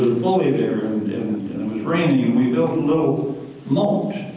bully there and and it was raining and we built a little mult.